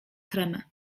tremę